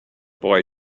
boy